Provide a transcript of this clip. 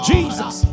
Jesus